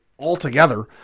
Altogether